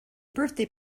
birthday